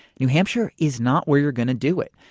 new hampshire is not where you are going to do it.